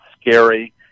scary